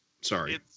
Sorry